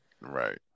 Right